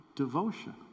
devotion